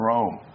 Rome